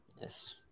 Yes